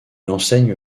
enseigne